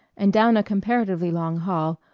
and down a comparatively long hall,